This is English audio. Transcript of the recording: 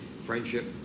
friendship